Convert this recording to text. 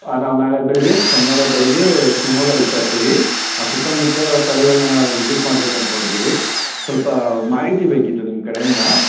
ಹಾಂ ನಾವು ನಾಳೆ ಬೆಳಿಗ್ಗೆ ಶನಿವಾರ ಬೆಳಿಗ್ಗೆ ಶಿವಮೊಗ್ಗ ರೀಚ್ ಆಗ್ತೀವಿ ಸುತ್ತಮುತ್ತ ಸ್ಥಳಗಳನ್ನ ವಿಸಿಟ್ ಮಾಡ್ಬೇಕು ಅಂದ್ಕೊಂಡಿದಿವಿ ಸ್ವಲ್ಪ ಮಾಹಿತಿ ಬೇಕಿತ್ತು ನಿಮ್ಮ ಕಡೆಯಿಂದ